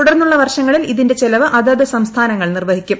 തുടർന്നുള്ള് വർഷങ്ങളിൽ ഇതിന്റെ ചെലവ് അതത് സംസ്ഥാനങ്ങൾ നിർദ്ദുഹിക്കും